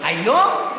היום?